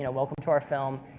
and welcome to our film.